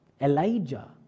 Elijah